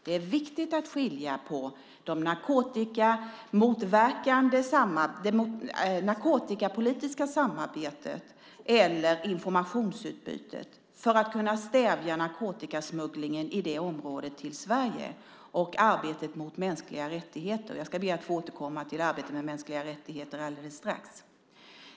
Det är viktigt att skilja på det narkotikapolitiska samarbetet eller informationsutbytet för att kunna stävja narkotikasmugglingen från det området till Sverige och arbetet med mänskliga rättigheter. Jag ska be att få återkomma till arbetet med mänskliga rättigheter alldeles strax.